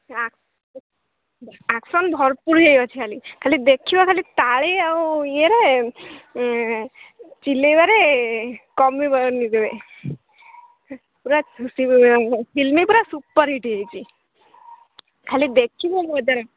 action ଭରପୁର ହେଇଅଛି ଖାଲି ଖାଲି ଦେଖିବ ଖାଲି ତାଳି ଆଉ ଇଏରେ ଚିଲେଇବାରେ କମିବେ ପୁରା ଫିଲ୍ମ ପୁରା ସୁପରହିଟ୍ ହେଇଛି ଖାଲି ଦେଖିବ ମୋର